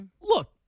look